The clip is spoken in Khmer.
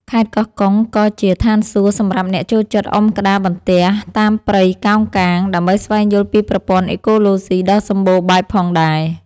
ខេត្តកោះកុងក៏ជាឋានសួគ៌សម្រាប់អ្នកចូលចិត្តអុំក្តារបន្ទះតាមព្រៃកោងកាង ដើម្បីស្វែងយល់ពីប្រព័ន្ធអេកូឡូស៊ីដ៏សម្បូរបែបផងដែរ។